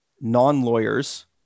non-lawyers